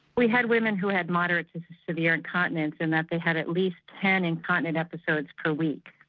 we had women who had moderate to severe incontinence in that they had at least ten incontinent episodes per week.